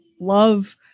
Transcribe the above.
love